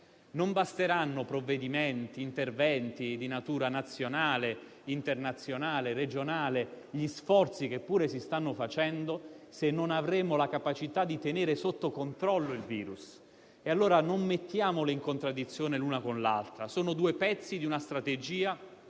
Non basteranno provvedimenti o interventi di natura nazionale, internazionale, regionale, gli sforzi che pure si stanno facendo, se non avremo la capacità di tenere sotto controllo il virus. Non mettiamole in contraddizione l'una con l'altra, quindi: sono due pezzi di una strategia